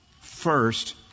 First